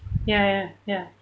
ya ya ya ya